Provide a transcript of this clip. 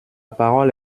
parole